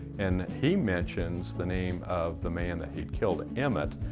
and he mentions the name of the man that he killed, emmitt.